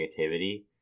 negativity